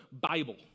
Bible